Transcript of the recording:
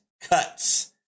cuts